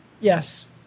Yes